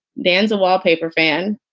danzon wallpaper fan.